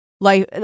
life